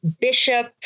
bishop